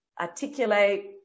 articulate